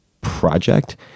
project